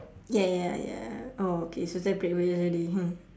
ya ya ya oh okay so separate ways already